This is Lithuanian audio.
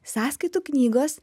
sąskaitų knygos